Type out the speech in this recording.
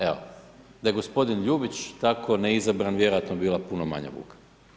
Evo, da je gospodin Ljubić tako ne izabran, vjerojatno bi bila puno manja buka.